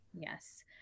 Yes